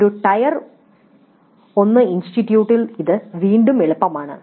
" ഒരു ടയർ 1 ഇൻസ്റ്റിറ്റ്യൂട്ടിൽ ഇത് വീണ്ടും എളുപ്പമാണ്